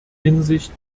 hinsicht